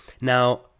Now